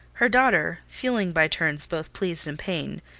her daughter, feeling by turns both pleased and pained,